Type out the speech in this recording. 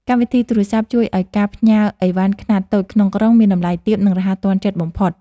កម្មវិធីទូរសព្ទជួយឱ្យការផ្ញើឥវ៉ាន់ខ្នាតតូចក្នុងក្រុងមានតម្លៃទាប និងរហ័សទាន់ចិត្តបំផុត។